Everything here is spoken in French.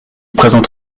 présente